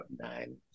nine